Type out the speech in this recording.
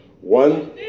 one